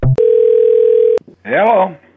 hello